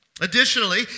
Additionally